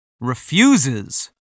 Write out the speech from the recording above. refuses